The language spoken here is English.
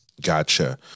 Gotcha